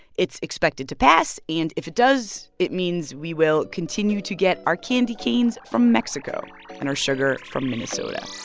it's expected to pass. and if it does, it means we will continue to get our candy canes from mexico and our sugar from minnesota